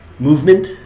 Movement